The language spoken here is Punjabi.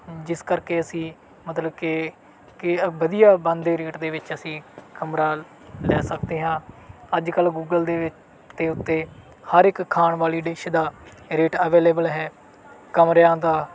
ਜਿਸ ਕਰਕੇ ਅਸੀਂ ਮਤਲਬ ਕੇ ਕੇ ਵਧੀਆ ਬਣਦੇ ਰੇਟ ਵਿੱਚ ਅਸੀਂ ਕਮਰਾ ਲੈ ਸਕਦੇ ਹਾਂ ਅੱਜ ਕੱਲ੍ਹ ਗੂਗਲ ਦੇ ਵਿ ਦੇ ਉੱਤੇ ਹਰ ਇਕ ਖਾਣ ਵਾਲੀ ਡਿਸ਼ ਦਾ ਰੇਟ ਅਵੇਲੇਵਲ ਹੈ ਕਮਰਿਆਂ ਦਾ